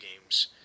games